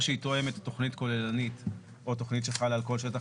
שהיא תואמת תכנית כוללנית או תכנית שחלה על כל שטח